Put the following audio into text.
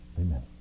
Amen